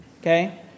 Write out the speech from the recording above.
Okay